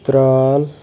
ترٛال